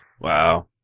Wow